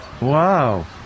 Wow